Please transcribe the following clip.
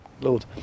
lord